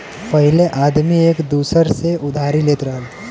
पहिले आदमी एक दूसर से उधारी लेत रहल